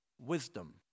wisdom